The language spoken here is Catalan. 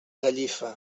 gallifa